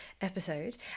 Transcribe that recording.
episode